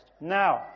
Now